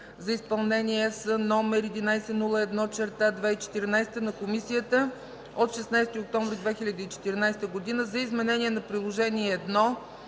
за изпълнение (ЕС) № 1101/2014 на Комисията от 16 октомври 2014 г. за изменение на Приложение І